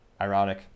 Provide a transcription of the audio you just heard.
Ironic